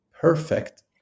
perfect